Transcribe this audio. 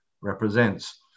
represents